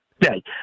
day